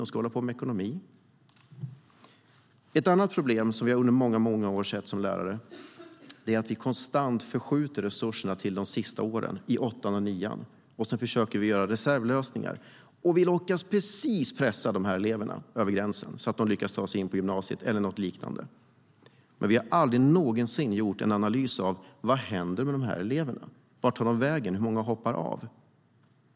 De ska hålla på med ekonomi. Ett annat problem som vi under många år sett som lärare är att vi konstant förskjuter resurserna till de sista åren i åttan och nian, och sedan försöker vi ha reservlösningar. Vi lyckas precis pressa eleverna över gränsen så att de lyckas ta sig in på gymnasiet eller något liknande. Men vi har aldrig någonsin gjort en analys av: Vad händer med de eleverna? Vart tar de vägen? Hur många hoppar av?